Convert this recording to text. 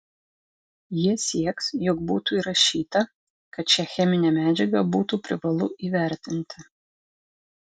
jie sieks jog būtų įrašyta kad šią cheminę medžiagą būtų privalu įvertinti